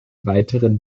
weiteren